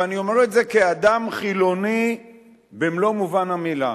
ואני אומר את זה כאדם חילוני במלוא מובן המלה,